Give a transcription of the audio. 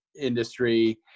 industry